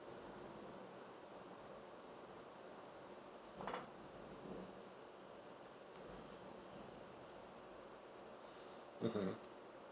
mmhmm